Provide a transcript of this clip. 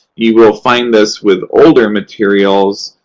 you will find this with older materials,